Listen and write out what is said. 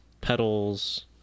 petals